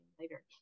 later